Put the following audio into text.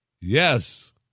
yes